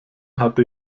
hatte